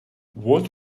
what